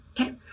Okay